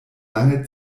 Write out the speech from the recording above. lange